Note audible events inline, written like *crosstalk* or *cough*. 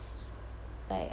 *breath* like uh